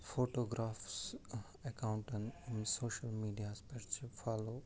photographs اٮ۪کاونٹَن یِم social میٖڈِیاہَس پٮ۪ٹھ چھِ فالَو